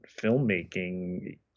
filmmaking